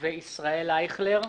וישראל אייכלר,